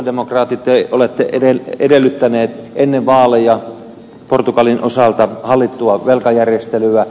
te sosialidemokraatit olette edellyttäneet ennen vaaleja portugalin osalta hallittua velkajärjestelyä